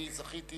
ואני זכיתי